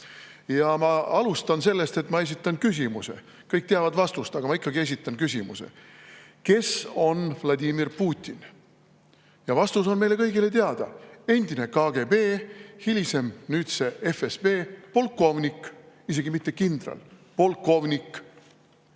Ma alustan sellest, et ma esitan küsimuse. Kõik teavad vastust, aga ma ikkagi esitan küsimuse. Kes on Vladimir Putin? Vastus on meile kõigile teada: endise KGB, nüüdse FSB polkovnik. Isegi mitte kindral, vaid polkovnik,